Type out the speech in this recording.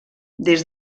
des